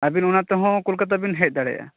ᱟᱹᱵᱤᱱ ᱚᱱᱟ ᱛᱮᱦᱚᱸ ᱠᱚᱞᱠᱟᱛᱟ ᱵᱤᱱ ᱦᱮᱡ ᱫᱟᱲᱮᱭᱟᱜ ᱟ